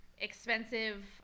expensive